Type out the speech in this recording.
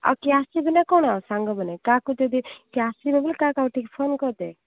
ଆଉ କିଏ ଆସିବେ ନା କ'ଣ ସାଙ୍ଗମାନେ କାହାକୁ ଯଦି କିଏ ଆସିବେ ବୋଲେ କାହାକୁ କାହାକୁ ଟିକେ ଫୋନ୍ କରିଦେ